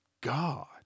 God